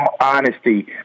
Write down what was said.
honesty